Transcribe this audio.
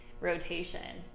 rotation